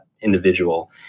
individual